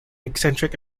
eccentric